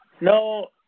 No